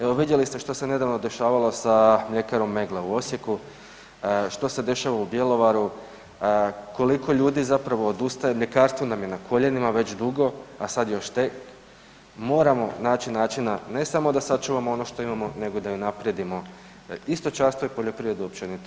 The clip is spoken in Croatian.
Evo vidjeli ste što se nedavno dešavalo sa mljekarom „Meggle“ u Osijeku, što se dešava u Bjelovaru, koliko ljudi zapravo odustaje, mljekarstvo nam je na koljenima već dugo, a sad još tek, moramo naći načina ne samo da sačuvamo ono što imamo nego da i unaprijedimo da i stočarstvo i poljoprivreda općenito